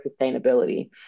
sustainability